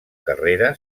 carrera